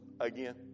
again